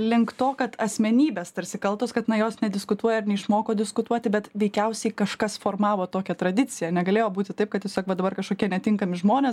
link to kad asmenybės tarsi kaltos kad na jos nediskutuoja ir neišmoko diskutuoti bet veikiausiai kažkas formavo tokią tradiciją negalėjo būti taip kad tiesiog va dabar kažkokie netinkami žmonės